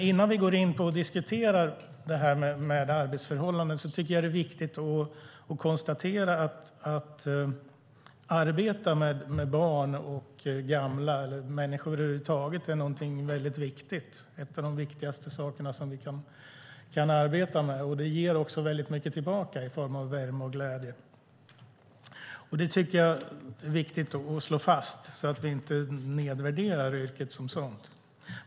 Innan vi går in på att diskutera arbetsförhållandena är det viktigt att konstatera att arbete med barn och gamla, med människor över huvud taget, är någonting mycket viktigt, en av de viktigaste saker vi kan arbeta med. Det ger också mycket tillbaka i form av värme och glädje. Detta är viktigt att slå fast så att vi inte nedvärderar yrket som sådant.